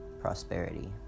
prosperity